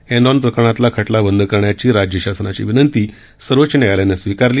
Enron प्रकरणातला खटला बंद करण्याची राज्य शासनाची विनंती सर्वोच्च न्यायालयानं स्वीकारली